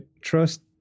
Trust